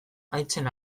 haitzen